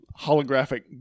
holographic